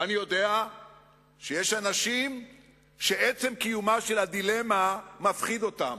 ואני יודע שיש אנשים שעצם קיומה של הדילמה מפחיד אותם.